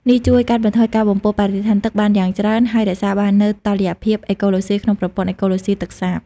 នេះជួយកាត់បន្ថយការបំពុលបរិស្ថានទឹកបានយ៉ាងច្រើន ហើយរក្សាបាននូវតុល្យភាពអេកូឡូស៊ីក្នុងប្រព័ន្ធអេកូឡូស៊ីទឹកសាប។